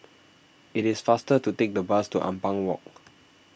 it is faster to take the bus to Ampang Walk